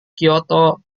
kyoto